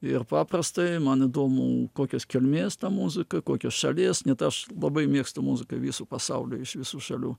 ir paprastai man įdomu kokios kilmės ta muzika kokios šalies net aš labai mėgstu muziką viso pasaulio iš visų šalių